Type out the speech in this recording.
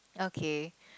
okay